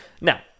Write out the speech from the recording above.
Now